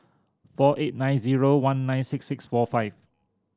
four eight nine zero one nine six six four five